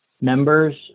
members